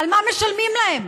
על מה משלמים להם?